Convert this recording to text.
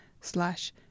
slash